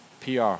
PR